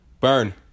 burn